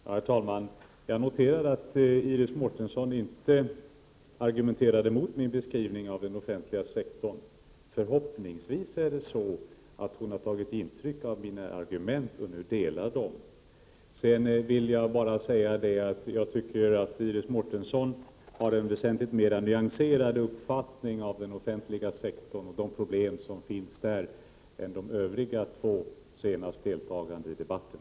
Herr talman! Jag noterar att Iris Mårtensson inte argumenterade mot min beskrivning av den offentliga sektorn. Förhoppningsvis är det så, att hon har tagit intryck av mina argument och nu delar min åsikt. Jag tycker att Iris Mårtensson har en väsentligt mer nyanserad uppfattning av den offentliga sektorn och de problem som finns där än de övriga två talare som nu senast deltog i debatten.